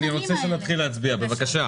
שנתחיל להצביע בבקשה.